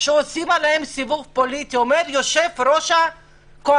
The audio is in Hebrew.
ושעושים עליהם סיבוב פוליטי את זה אומר יושב-ראש הקואליציה.